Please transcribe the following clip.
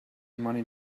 money